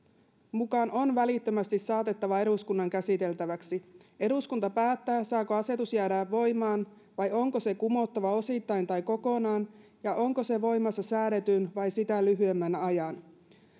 mukaan välittömästi saatettava eduskunnan käsiteltäväksi eduskunta päättää saako asetus jäädä voimaan vai onko se kumottava osittain tai kokonaan ja onko se voimassa säädetyn vai sitä lyhyemmän ajan